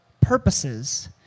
purposes